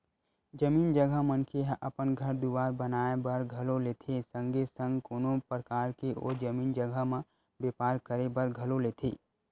जमीन जघा मनखे ह अपन घर दुवार बनाए बर घलो लेथे संगे संग कोनो परकार के ओ जमीन जघा म बेपार करे बर घलो लेथे